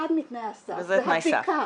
ואחד מתנאי הסף זה הבדיקה,